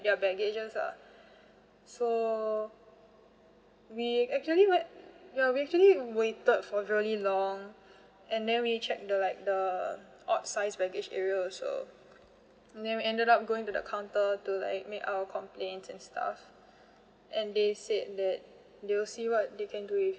their baggages lah so we actually wait ya we actually waited for very long and then we check the like the odd size baggage area also then we ended up going to the counter to like make our complaints and stuff and they said that they will see what they can do with